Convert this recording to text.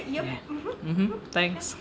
ya mmhmm thanks